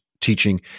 teaching